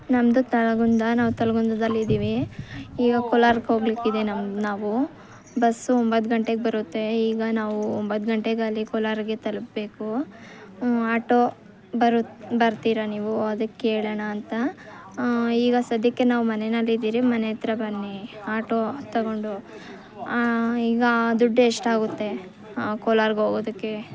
ನಮ್ದು ತಳಗುಂದ ನಾವು ತಲ್ಗುಂದದಲ್ಲಿ ಇದ್ದೀವಿ ಈಗ ಕೊಲಾರಿಗೆ ಹೋಗ್ಲಿಕ್ಕೆ ಇದೆ ನಮ್ಮ ನಾವು ಬಸ್ಸು ಒಂಬತ್ತು ಗಂಟೆಗೆ ಬರುತ್ತೆ ಈಗ ನಾವು ಒಂಬತ್ತು ಗಂಟೆಗೆ ಅಲ್ಲಿ ಕೊಲಾರಿಗೆ ತಲುಪಬೇಕು ಆಟೋ ಬರು ಬರ್ತೀರ ನೀವು ಅದೇ ಕೇಳೋಣ ಅಂತ ಈಗ ಸದ್ಯಕ್ಕೆ ನಾವು ಮನೆಯಲ್ಲಿ ಇದೀರಿ ಮನೆ ಹತ್ರ ಬನ್ನಿ ಆಟೋ ತೊಗೊಂಡು ಈಗ ದುಡ್ಡು ಎಷ್ಟಾಗುತ್ತೆ ಕೊಲಾರಿಗೆ ಹೋಗೋದಕ್ಕೆ